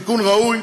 הוא תיקון ראוי,